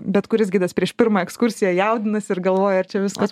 bet kuris gisas prieš pirmą ekskursiją jaudinasi ir galvoja ar čia viskas